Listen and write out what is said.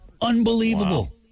Unbelievable